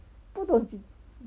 不懂几